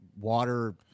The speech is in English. water